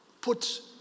put